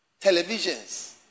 televisions